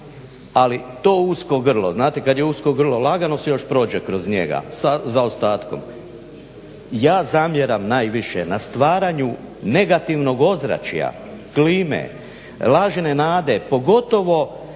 Ali to usko grlo, znate kad je usko grlo lagano se još prođe kroz njega sa zaostatkom. Ja zamjeram najviše na stvaranju negativnog ozračja, klime, lažne nade pogotovo